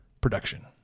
production